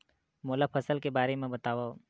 मोला फसल के बारे म बतावव?